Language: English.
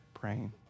praying